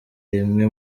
rimwe